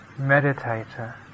meditator